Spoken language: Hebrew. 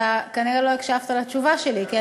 אתה כנראה לא הקשבת לתשובה שלי, הקשבתי, הקשבתי.